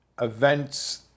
events